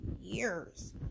years